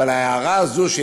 אבל ההערה הזאת,